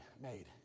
made